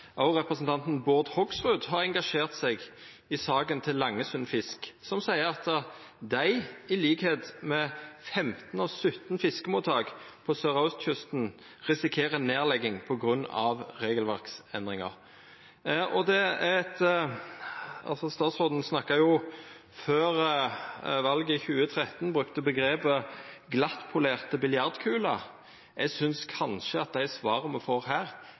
Hoksrud har engasjert seg, i saken til Langesundfisk, som seier at dei – til liks med 15 av 17 fiskemottak på søraustkysten – risikerer nedlegging på grunn av regelverksendringar. Statsråden brukte jo omgrepet «glattpolerte biljardkuler» før valet i 2013. Eg synest kanskje dei svara me får her,